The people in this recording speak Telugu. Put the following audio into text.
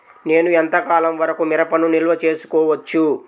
నేను ఎంత కాలం వరకు మిరపను నిల్వ చేసుకోవచ్చు?